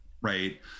right